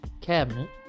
cabinet